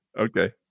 Okay